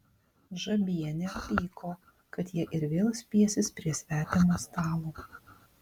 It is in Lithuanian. žabienė pyko kad jie ir vėl spiesis prie svetimo stalo